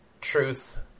Truth